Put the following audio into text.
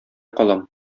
калам